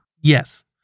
Yes